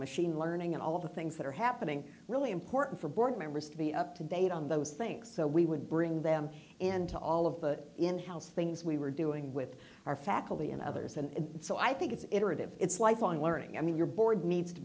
machine learning and all of the things that are happening really important for board members to be up to date on those things so we would bring them into all of the in house things we were doing with our faculty and others and so i think it's iterative it's lifelong learning i mean your board needs to